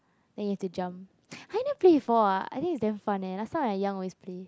then you have to jump !huh! you never play before ah I think it's damn fun eh last time I young always play